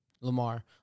Lamar